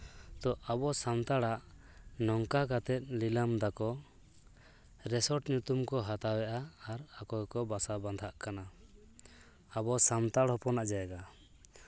ᱛᱚ ᱟᱵᱚ ᱥᱟᱱᱛᱟᱲᱟᱜ ᱱᱚᱝᱠᱟ ᱠᱟᱛᱮᱫ ᱞᱤᱞᱟᱹᱢ ᱫᱟᱠᱚ ᱨᱮᱥᱚᱨᱴ ᱧᱩᱛᱩᱢ ᱠᱚ ᱦᱟᱛᱟᱣ ᱮᱫᱟ ᱟᱨ ᱟᱠᱚ ᱠᱚ ᱵᱟᱥᱟ ᱵᱟᱸᱫᱷᱟᱜ ᱠᱟᱱᱟ ᱟᱵᱚ ᱥᱟᱱᱛᱟᱲ ᱦᱚᱯᱚᱱᱟᱜ ᱡᱟᱭᱜᱟ